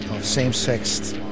same-sex